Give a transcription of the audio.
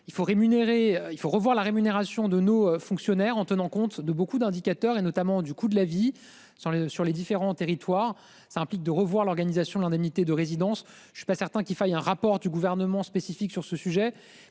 Il faut rémunérer. Il faut revoir la rémunération de nos fonctionnaires, en tenant compte de beaucoup d'indicateurs et notamment du coût de la vie sur les sur les différents territoires, ça implique de revoir l'organisation de l'indemnité de résidence. Je suis pas certain qu'il faille un rapport du gouvernement spécifique sur ce sujet